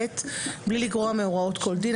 (ב) בלי לגרוע מהוראות כל דין,